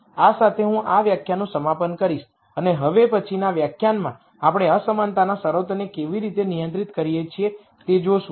આ સાથે હું આ વ્યાખ્યાનનું સમાપન કરીશ અને હવે પછીનાં વ્યાખ્યાનમાં આપણે અસમાનતાના શરતોને કેવી રીતે નિયંત્રિત કરીએ છીએ તે જોશું